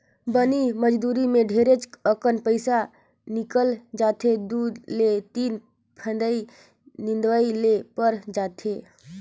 बनी मजदुरी मे ढेरेच अकन पइसा निकल जाथे दु ले तीन फंइत निंदवाये ले पर जाथे